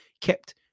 kept